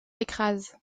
écrase